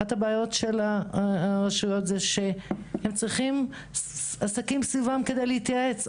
אחת הבעיות של הרשויות היא שהן צריכות עסקים סביבן כדי להתייעץ,